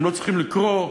הם לא צריכים לקרוא,